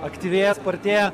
aktyvėja spartėja